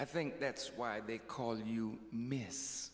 i think that's why they call you miss